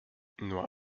nur